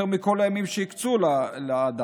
יותר מכל הימים שהקצו לאדם,